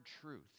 truth